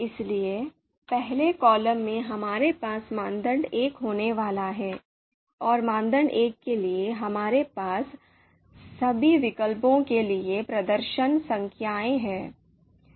इसलिए पहले कॉलम में हमारे पास मानदंड 1 होने वाले हैं और मानदंड 1 के लिए हमारे पास सभी विकल्पों के लिए प्रदर्शन संख्याएँ हैं